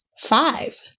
five